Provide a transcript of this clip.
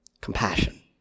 compassion